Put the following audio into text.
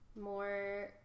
more